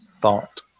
thought